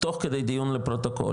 תוך כדי דיון לפרוטוקול,